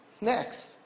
Next